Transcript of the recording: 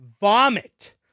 Vomit